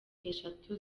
eshatu